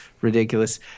ridiculous